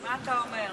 מה אתה אומר?